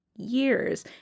years